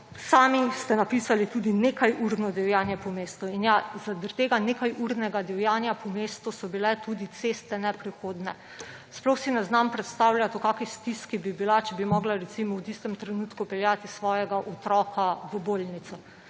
Sami ste napisali tudi »nekajurno divjanje po mestu«. In ja, zaradi tega nekajurnega divjanja po mestu so bile tudi ceste neprehodne. Sploh si ne znam predstavljati, v kakšni stiski bi bila, če bi morala, recimo, v tistem trenutku peljati svojega otroka v bolnico.